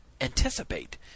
anticipate